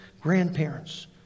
grandparents